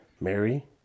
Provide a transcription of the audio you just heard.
Mary